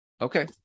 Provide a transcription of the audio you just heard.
Okay